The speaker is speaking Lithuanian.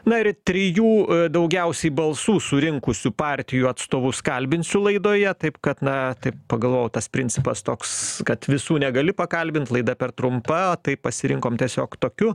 na ir trijų daugiausiai balsų surinkusių partijų atstovus kalbinsiu laidoje taip kad na taip pagalvojau tas principas toks kad visų negali pakalbint laida per trumpa tai pasirinkom tiesiog tokiu